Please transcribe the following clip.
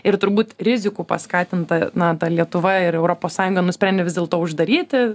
ir turbūt rizikų paskatinta na ta lietuva ir europos sąjunga nusprendė vis dėlto uždaryti